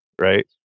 right